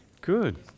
Good